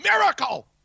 miracle